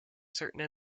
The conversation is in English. certain